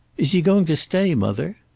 is he going to stay, mother?